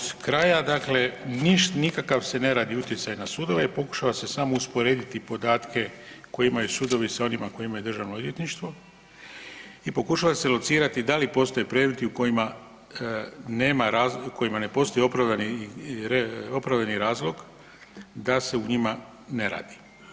Počet ću od kraja, dakle ništa, nikakav se ne radi utjecaj na sudove pokušava se samo usporediti podatke koje imaju sudovi sa onima koje imaju Državno odvjetništvo i pokušava se locirati da li postoje predmeti u kojima nema, u kojima ne postoji opravdani razlog da se u njima ne radi.